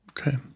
Okay